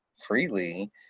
freely